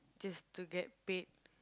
just to get paid